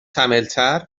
ماندگاری